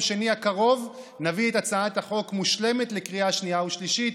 שני הקרוב נביא את הצעת החוק מושלמת לקריאה שנייה ושלישית.